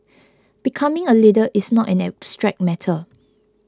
becoming a leader is not an abstract matter